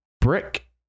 brick